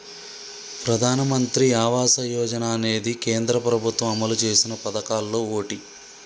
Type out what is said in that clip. ప్రధానమంత్రి ఆవాస యోజన అనేది కేంద్ర ప్రభుత్వం అమలు చేసిన పదకాల్లో ఓటి